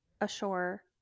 ashore